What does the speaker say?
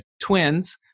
twins